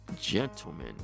gentlemen